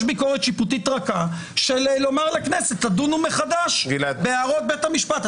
ביקורת שיפוטית רכה לומר לכנסת תדוני מחדש בהערות בית המשפט.